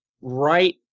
right